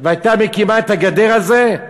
ולא הקימה את הגדר הזאת,